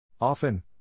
often